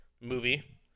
movie